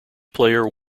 player